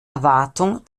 erwartung